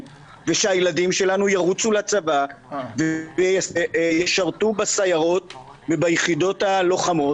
ושהילדים שלנו ירוצו לצבא וישרתו בסיירות וביחידות הלוחמות.